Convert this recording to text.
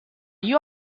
you